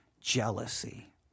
jealousy